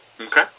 Okay